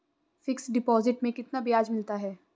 Fix deposit में कितना ब्याज मिलता है?